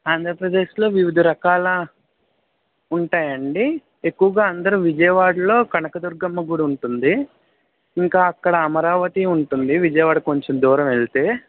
ఆంధ్ర ప్రదేశ్లో వివిధ రకాలు ఉంటాయండి ఎక్కువగా అందరూ విజయవాడలో కనకదుర్గమ్మ గుడి ఉంటుంది ఇంకా అక్కడ అమరావతి ఉంటుంది విజయవాడకి కొంచెం దూరం వెళ్తే